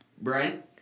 Brent